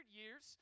years